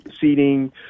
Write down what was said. seating